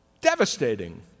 Devastating